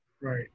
Right